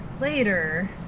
later